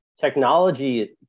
Technology